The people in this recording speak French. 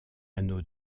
anneau